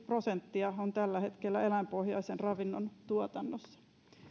prosenttia on tällä hetkellä eläinpohjaisen ravinnon tuotannossa